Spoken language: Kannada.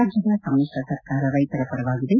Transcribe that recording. ರಾಜ್ಯದ ಸಮಿತ್ರ ಸರ್ಕಾರ ರೈತರ ಪರವಾಗಿದೆ